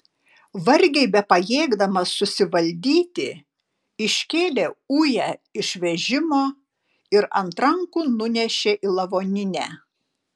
vargiai bepajėgdamas susivaldyti iškėlė ują iš vežimo ir ant rankų nunešė į lavoninę